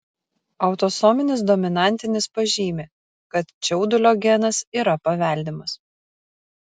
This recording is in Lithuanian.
autosominis dominantinis pažymi kad čiaudulio genas yra paveldimas